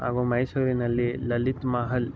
ಹಾಗೂ ಮೈಸೂರಿನಲ್ಲಿ ಲಲಿತ್ ಮಹಲ್